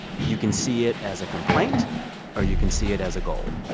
you can see it as a complaint or you can see it as a goal